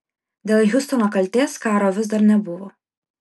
dėl hiustono kaltės karo vis dar nebuvo